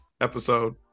episode